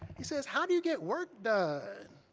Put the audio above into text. he says, how do you get work done?